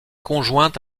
conjointe